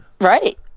Right